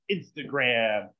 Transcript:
Instagram